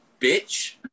bitch